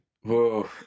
whoa